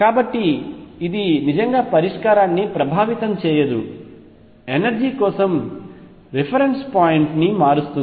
కాబట్టి ఇది నిజంగా పరిష్కారాన్ని ప్రభావితం చేయదు ఎనర్జీ కోసం రిఫరెన్స్ పాయింట్ని మారుస్తుంది